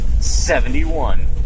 Seventy-one